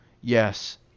Yes